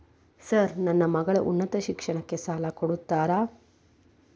Sir ನನ್ನ ಮಗಳ ಉನ್ನತ ಶಿಕ್ಷಣಕ್ಕೆ ಸಾಲ ಕೊಡುತ್ತೇರಾ?